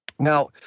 Now